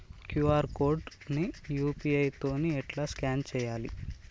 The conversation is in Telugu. క్యూ.ఆర్ కోడ్ ని యూ.పీ.ఐ తోని ఎట్లా స్కాన్ చేయాలి?